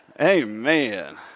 Amen